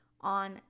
on